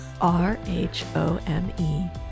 r-h-o-m-e